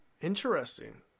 interesting